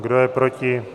Kdo je proti?